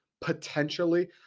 potentially